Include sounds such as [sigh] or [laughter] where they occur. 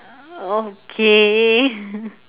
okay [laughs]